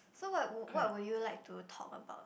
so what what would you like to talk about